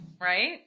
Right